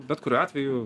bet kuriuo atveju